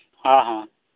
ᱦᱮᱸ ᱦᱮᱸ